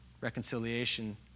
reconciliation